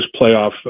playoff